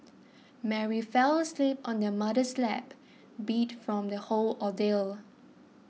Mary fell asleep on her mother's lap beat from the whole ordeal